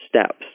steps